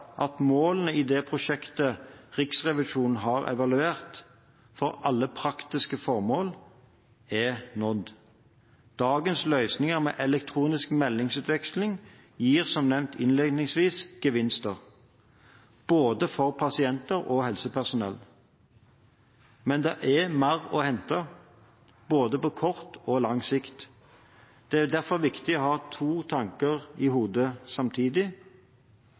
at målene i det prosjektet Riksrevisjonen har evaluert, for alle praktiske formål er nådd. Dagens løsninger med elektronisk meldingsutveksling gir, som nevnt innledningsvis, gevinster – både for pasienter og helsepersonell. Men det er mer å hente, både på kort og lang sikt. Det er derfor viktig å ha to tanker i hodet samtidig.